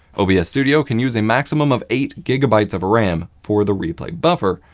obs studio can use a maximum of eight gigabytes of ram for the replay buffer,